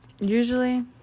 usually